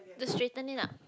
the straighten it up